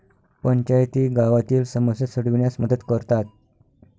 पंचायती गावातील समस्या सोडविण्यास मदत करतात